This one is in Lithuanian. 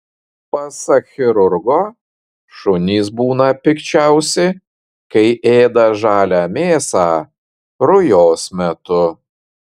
pasak chirurgo šunys būna pikčiausi kai ėda žalią mėsą rujos metu